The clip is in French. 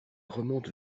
remonte